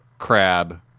crab